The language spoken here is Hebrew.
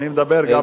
מי אנחנו לעומתו?